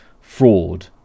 fraud